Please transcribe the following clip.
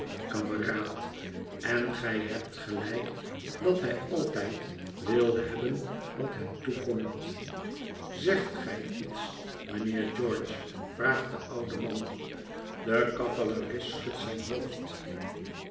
kameraad en gij hebt gelijk dat hij altijd wil hebben wat hem toekomt zegt gij iets mijnheer george vraagt de oude man de cavalerist schudt zijn hoofd